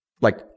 like-